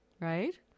right